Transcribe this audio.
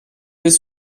des